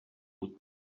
would